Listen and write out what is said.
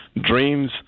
dreams